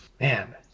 Man